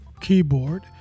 keyboard